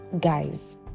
Guys